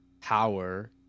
power